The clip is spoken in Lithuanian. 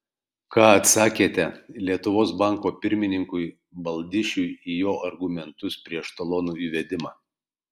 ką atsakėte lietuvos banko pirmininkui baldišiui į jo argumentus prieš talonų įvedimą